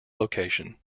location